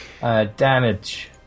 Damage